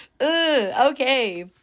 okay